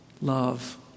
love